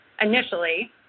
initially